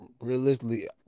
Realistically